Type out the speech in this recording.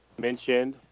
mentioned